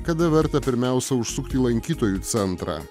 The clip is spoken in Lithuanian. kada verta pirmiausia užsukti į lankytojų centrą